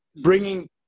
bringing